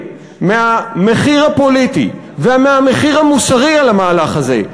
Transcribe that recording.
מהמחיר הפוליטי ומהמחיר המוסרי על המהלך הזה,